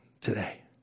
today